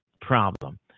problem